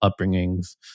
upbringings